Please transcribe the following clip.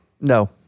No